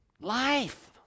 Life